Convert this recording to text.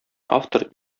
автор